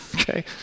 okay